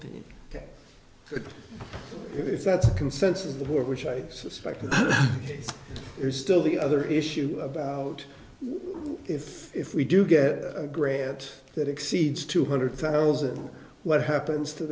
opinion but if that's the consensus of the war which i suspect there's still the other issue about if if we do get a grant that exceeds two hundred thousand what happens to